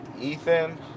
Ethan